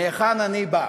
מהיכן אני בא.